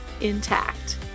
intact